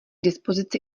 dispozici